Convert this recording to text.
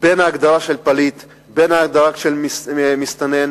ההגדרה של פליט וההגדרה של מסתנן,